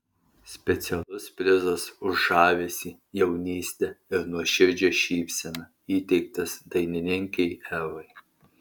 specialus prizas už žavesį jaunystę ir nuoširdžią šypseną įteiktas dainininkei evai